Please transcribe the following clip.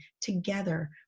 together